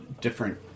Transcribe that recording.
different